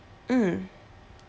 mm